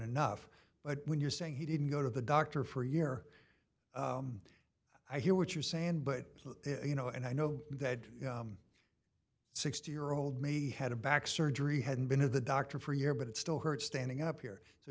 enough but when you're saying he didn't go to the doctor for a year i hear what you're saying but you know and i know that sixty year old me had a back surgery hadn't been to the doctor for a year but it still hurts standing up here